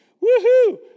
Woo-hoo